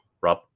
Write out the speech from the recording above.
Rob